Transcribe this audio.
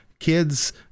kids